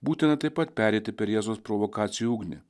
būtina taip pat pereiti per jėzaus provokacijų ugnį